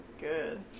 good